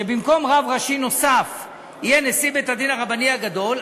שבמקום רב ראשי נוסף יהיה נשיא בית-הדין הרבני הגדול,